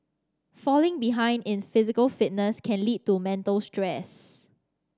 falling behind in physical fitness can lead to mental stress